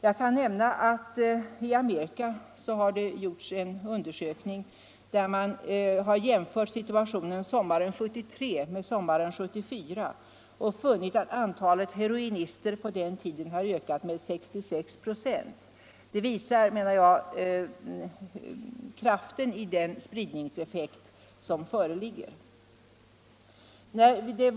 Jag kan nämna att det i Amerika har gjorts en undersökning innefattande en jämförelse mellan situationen sommaren 1973 och sommaren 1974, där man fann att antalet heroinister under mellantiden hade ökat med 66 K&. Det visar, menar jag, kraften i den spridningseffekt som föreligger.